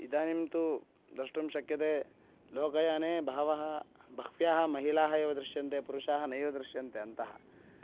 इदानीं तु द्रष्टुं शक्यते लोकयाने बहवः बह्व्यः महिलाः एव दृश्यन्ते पुरुषाः नैव दृश्यन्ते अन्तः